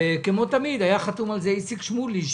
וכמו תמיד היה חתום עליהן איציק שמולי.